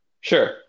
sure